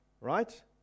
right